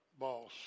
boss